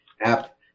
app